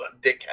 dickhead